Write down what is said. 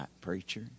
preacher